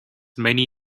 many